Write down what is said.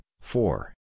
four